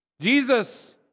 Jesus